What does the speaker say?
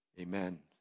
Amen